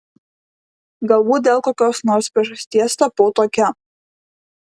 galbūt dėl kokios nors priežasties tapau tokia